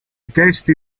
testi